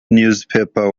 newspaper